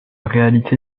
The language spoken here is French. réalité